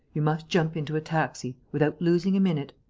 you must jump into a taxi, without losing a minute.